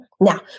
Now